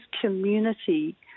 community